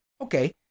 Okay